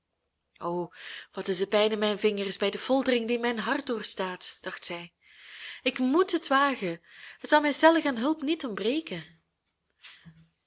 o wat is de pijn in mijn vingers bij de foltering die mijn hart doorstaat dacht zij ik moet het wagen het zal mij stellig aan hulp niet ontbreken